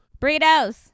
burritos